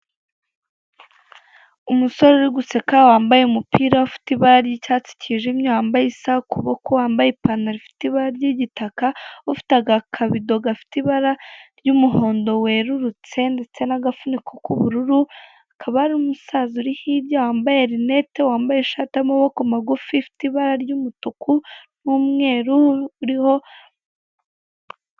Umusore uri guseka wambaye umupira ifite ibara ry'icyatsi cyijimye, wambaye isaha ku kuboko, wambaye ipantaro ifite ibara ry'igitaka, ufite akabido gafite ibara ry'umuhondo werurutse ndetse n'agafuniko k'ubururu, hakaba hari umusaza uri hirya wambaye rineti, wambaye ishati y'amaboko magufi ifite ibara ry'umutu n'umweru, uriho........